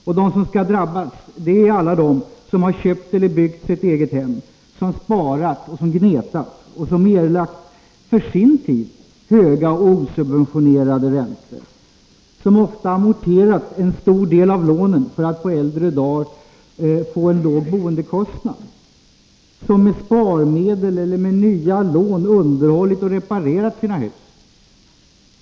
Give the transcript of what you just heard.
Och de som skall drabbas är alla de som har köpt eller byggt sitt eget hem, som har sparat och gnetat och erlagt för sin tid höga och osubventionerade räntor, som ofta har amorterat en stor del av lånen för att på äldre dagar få en låg boendekostnad, som med sparmedel eller nya lån har underhållit och reparerat sina hus.